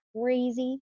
crazy